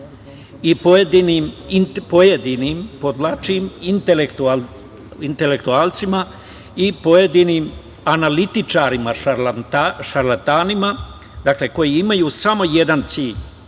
i pojedinim, podvlačim, intelektualcima i pojedinim analitičarima šarlatanima, koji imaju samo jedan cilj,